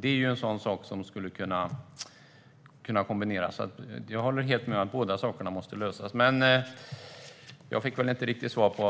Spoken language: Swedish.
Det skulle kunna kombineras. Jag håller helt med om att båda sakerna måste lösas. Jag fick väl inte riktigt svar på